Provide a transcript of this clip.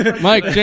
Mike